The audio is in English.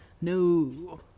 No